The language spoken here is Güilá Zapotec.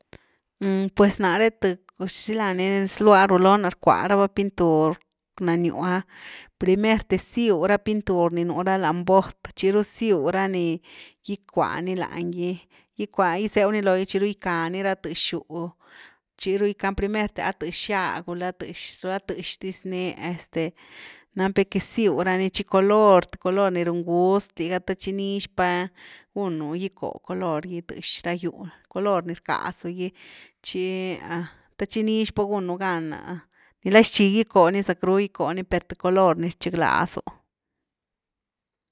pues nare thï xilani xlua ni rulo na rckua raba pintur lani gyu’a primerte ziu pintur ni nú lany ra bot tchiru ziu ra ni gickua ni lanygy, gickua, gizew ni lo gy tchiru gicka ni ra tëxgyw, tchiru gickani a primerte’a a tëxgya gula tëx, ra thëxdiz ni este napu que zuw ra ni tchi color th color ni run gust liga the tchi nix pa, gunu gicko color gy tëx ra gyw color ni rcazu gi, tchi the tchi nix pa gunu gan nicla xii gicko ni zackru gicko ni per th color ni rchiglazu.